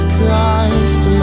Christ